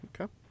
Okay